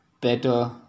better